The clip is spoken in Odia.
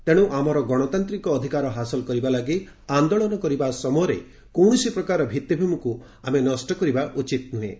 ତେଣୁ ଆମର ଗଣତାନ୍ତିକ ଅଧିକାର ହାସଲ କରିବା ଲାଗି ଆନ୍ଦୋଳନ କରିବା ସମୟରେ କୌଣସି ପ୍ରକାର ମୌଳିକ ଢାଞ୍ଚାକୁ ଆମେ ନଷ୍ଟ କରିବା ଉଚିତ୍ ନ୍ରହେଁ